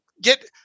get